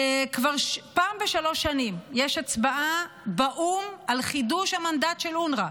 כבר פעם בשלוש שנים יש הצבעה באו"ם על חידוש המנדט של אונר"א.